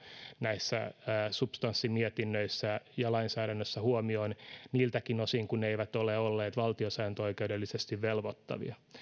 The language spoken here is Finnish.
näissä substanssimietinnöissä ja lainsäädännössä huomioon niiltäkin osin kuin ne eivät ole olleet valtiosääntöoikeudellisesti velvoittavia